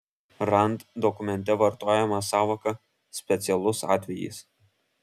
rand dokumente vartojama sąvoka specialus atvejis